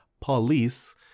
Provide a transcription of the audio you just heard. police